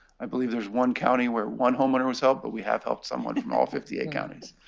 i believe there's one county where one homeowner was helped, but we have helped someone from all fifty eight counties.